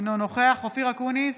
אינו נוכח אופיר אקוניס,